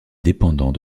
dépendant